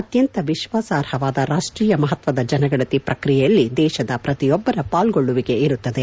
ಅತ್ತಂತ ವಿಶ್ವಾಸಾರ್ಹವಾದ ರಾಷ್ಟೀಯ ಮಹತ್ವದ ಜನಗಣತಿ ಪ್ರಕ್ರಿಯೆಯಲ್ಲಿ ದೇಶದ ಪ್ರತಿಯೊಬ್ಬರ ಪಾಲ್ಗೊಳ್ಳುವಿಕೆ ಇರುತ್ತದೆ